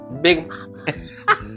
Big